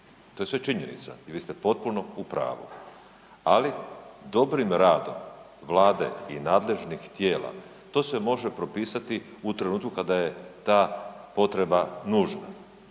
to je sve činjenica, i vi ste potpuno u pravu. Ali dobrim radom Vlade i nadležnih tijela, to se može propisati u trenutku kada je ta potreba nužna